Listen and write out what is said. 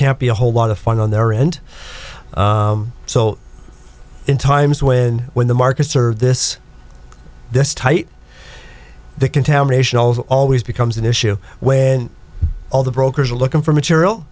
can't be a whole lot of fun on their end so in times when when the markets are this this tight the contamination always becomes an issue when all the brokers are looking for material